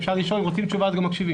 אם רוצים תשובה אז גם מקשיבים.